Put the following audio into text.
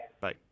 Bye